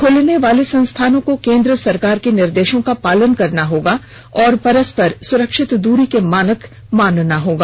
खुलने वाले संस्थानों को केन्द्र सरकार के निर्देशों का पालन करना होगा और परस्पर सुरक्षित दूरी को मानक को मानना होगा